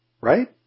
right